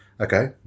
Okay